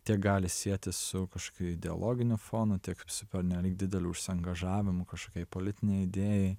tiek gali sietis su kažkokiu ideologiniu fonu tiek su pernelyg dideliu užsiangažavimu kažkaip politinei idėjai